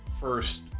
first